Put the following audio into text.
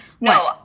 No